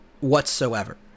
whatsoever